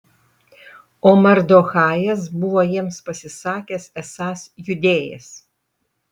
o mardochajas buvo jiems pasisakęs esąs judėjas